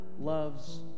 loves